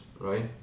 right